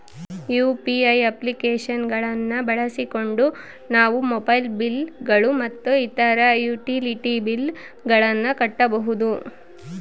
UPI application ಗಳನ್ನ ಬಳಸಿಕೊಂಡು ನಾವು ಮೊಬೈಲ್ ಬಿಲ್ ಗಳು ಮತ್ತು ಇತರ ಯುಟಿಲಿಟಿ ಬಿಲ್ ಗಳನ್ನ ಕಟ್ಟಬಹುದು